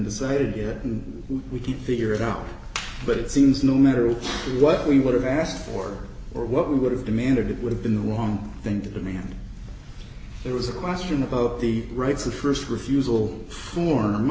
decided yet and we keep figure it out but it seems no matter what we would have asked for or what we would have demanded it would have been the wrong thing to me and there was a question about the rights of st refusal form